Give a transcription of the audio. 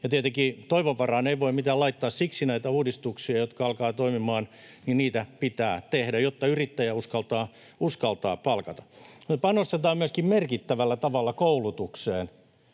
Tietenkään toivon varaan ei voi mitään laittaa. Siksi näitä uudistuksia, jotka alkavat toimimaan, pitää tehdä, jotta yrittäjä uskaltaa palkata. Me panostetaan myöskin merkittävällä tavalla koulutukseen,